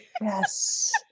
Yes